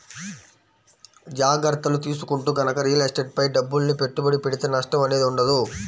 జాగర్తలు తీసుకుంటూ గనక రియల్ ఎస్టేట్ పై డబ్బుల్ని పెట్టుబడి పెడితే నష్టం అనేది ఉండదు